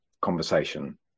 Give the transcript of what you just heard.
conversation